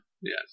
Yes